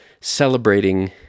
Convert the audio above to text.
celebrating